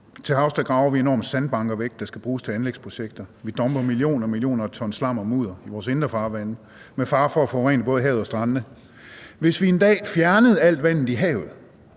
Til havs graver vi enorme sandbanker, der skal bruges til anlægsprojekter, væk, og vi dumper i millionvis af ton slam og mudder i vores indre farvande med fare for at forurene både havet og strandene. Hvis vi en dag fjernede alt vandet i havet,